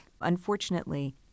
Unfortunately